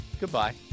Goodbye